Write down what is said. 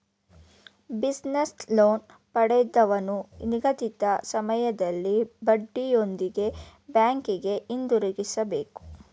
business loan ಪಡೆದವನು ನಿಗದಿತ ಸಮಯದಲ್ಲಿ ಬಡ್ಡಿಯೊಂದಿಗೆ ಬ್ಯಾಂಕಿಗೆ ಹಿಂದಿರುಗಿಸಬೇಕು